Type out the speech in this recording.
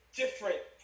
different